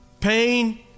pain